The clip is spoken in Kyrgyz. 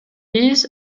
биз